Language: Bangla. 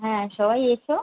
হ্যাঁ সবাই এসো